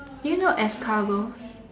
do you know escargots